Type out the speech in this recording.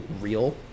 real